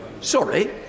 Sorry